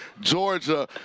Georgia